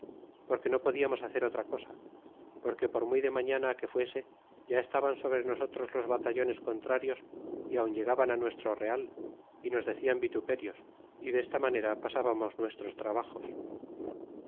porque no podiamos hacer otra cosa porque por muy de mañana que fuese ya estaban sobre nosotros los batallones contrarios y aun llegaban nuestro real y nos decian vituperios y desta manera pasábamos nuestros trabajos dexemos